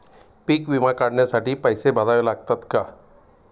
पीक विमा काढण्यासाठी पैसे भरावे लागतात का?